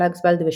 קלגסבלד ושות'.